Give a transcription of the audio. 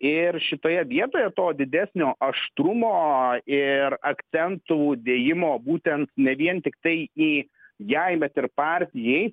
ir šitoje vietoje to didesnio aštrumo ir akcentų dėjimo būtent ne vien tiktai į jai bet ir partijai